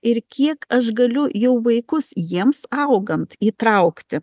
ir kiek aš galiu jau vaikus jiems augant įtraukti